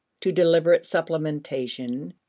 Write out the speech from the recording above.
to deliberate supplementation,